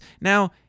Now